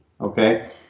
Okay